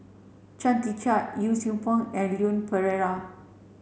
Chia Tee Chiak Yee Siew Pun and Leon Perera